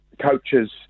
coaches